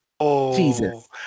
Jesus